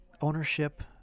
ownership